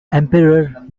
emperor